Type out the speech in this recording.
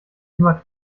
immer